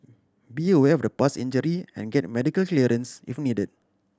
be aware of past injury and get medical clearance if needed